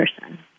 person